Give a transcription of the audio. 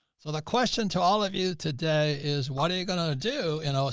so the question to all of you today is what are you gonna do? you know, ah,